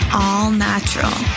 all-natural